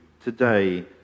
today